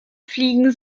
fliegen